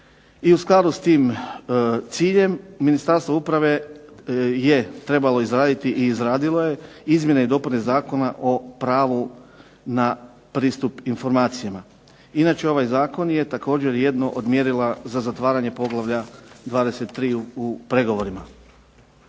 i u skladu s tim ciljem Ministarstvo uprave je trebalo izraditi i izradilo je Izmjene i dopune Zakona o pravu na pristup informacijama. Inače ovaj Zakon je također jedno o mjerila za zatvaranje Poglavlja 23. u pregovorima.